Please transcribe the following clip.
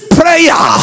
prayer